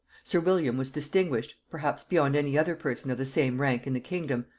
sir william was distinguished, perhaps beyond any other person of the same rank in the kingdom,